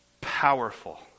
powerful